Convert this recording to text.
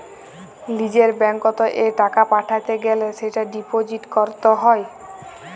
লিজের ব্যাঙ্কত এ টাকা পাঠাতে গ্যালে সেটা ডিপোজিট ক্যরত হ্য়